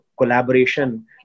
collaboration